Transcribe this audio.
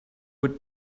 would